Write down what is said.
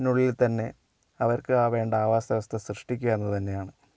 അതിനുള്ളിൽ തന്നെ അവർക്ക് വേണ്ട ആവാസ്ഥ വ്യവസ്ഥ സൃഷ്ടിക്കുക എന്ന് തന്നെയാണ്